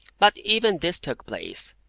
but even this took place,